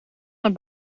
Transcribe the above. naar